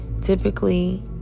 typically